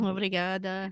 Obrigada